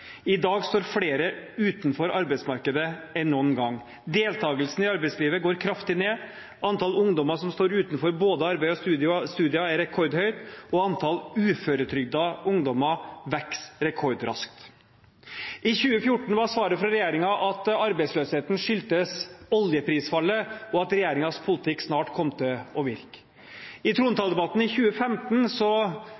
I dag står flere utenfor arbeidsmarkedet enn noen gang. Deltagelsen i arbeidslivet går kraftig ned. Antall ungdommer som står utenfor både arbeid og studier, er rekordhøyt, og antall uføretrygdede ungdommer vokser rekordraskt. I 2014 var svaret fra regjeringen at arbeidsløsheten skyldtes oljeprisfallet, og at regjeringens politikk snart kom til å virke. I